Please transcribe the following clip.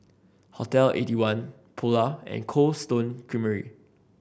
Hotel Eighty one Polar and Cold Stone Creamery